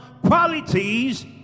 qualities